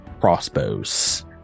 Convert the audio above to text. crossbows